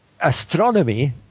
astronomy